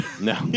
No